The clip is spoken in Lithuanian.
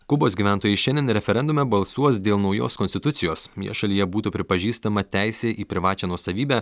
kubos gyventojai šiandien referendume balsuos dėl naujos konstitucijos nes šalyje būtų pripažįstama teisė į privačią nuosavybę